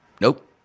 nope